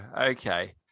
Okay